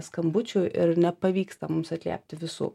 skambučių ir nepavyksta mums atliepti visų